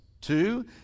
two